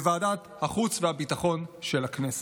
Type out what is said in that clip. בוועדת החוץ והביטחון של הכנסת.